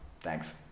Thanks